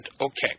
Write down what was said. Okay